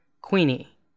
Queenie